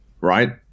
right